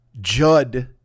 Judd